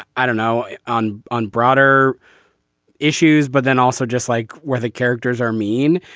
i don't know on on broader issues but then also just like where the characters are mean.